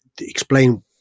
explain